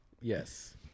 Yes